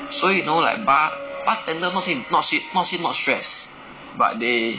so you know like bar~ bartender not say not say not say not stress but they